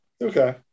okay